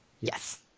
Yes